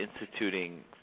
instituting